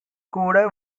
கூட